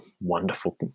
wonderful